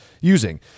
using